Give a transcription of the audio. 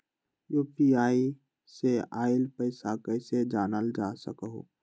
UPI से आईल पैसा कईसे जानल जा सकहु?